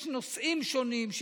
יש נושאים שונים,